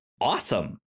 awesome